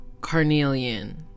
carnelian